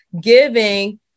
giving